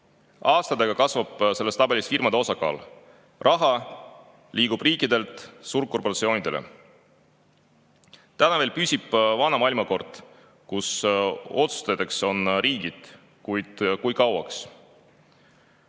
Aastatega kasvab selles tabelis firmade osakaal. Raha liigub riikidelt suurkorporatsioonidele. Täna veel püsib vana maailmakord, kus otsustajateks on riigid, kuid kui